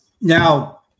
Now